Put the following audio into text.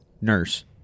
nurse